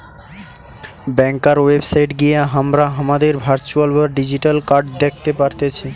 ব্যাংকার website গিয়ে হামরা হামাদের ভার্চুয়াল বা ডিজিটাল কার্ড দ্যাখতে পারতেছি